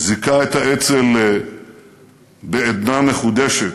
זיכה את האצ"ל בעדנה מחודשת,